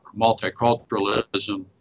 multiculturalism